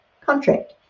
contract